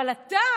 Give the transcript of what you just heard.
אבל אתה,